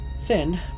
Thin